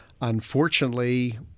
unfortunately